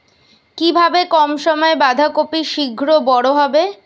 কিভাবে কম সময়ে বাঁধাকপি শিঘ্র বড় হবে?